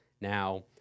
Now